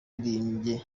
yaririmbye